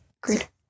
Great